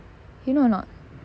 you know or not